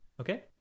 okay